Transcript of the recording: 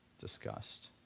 discussed